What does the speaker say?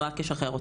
זה רק ישחרר אותנו.